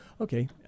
okay